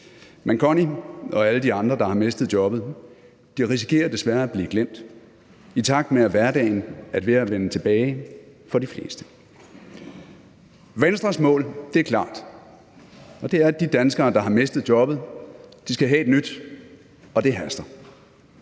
Men Connie og alle de andre, der har mistet jobbet, risikerer desværre at blive glemt, i takt med at hverdagen er ved at vende tilbage for de fleste. Venstres mål er klart, og det er, at de danskere, der har mistet jobbet skal have et nyt, og det haster.